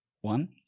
one